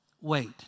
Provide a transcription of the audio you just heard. Wait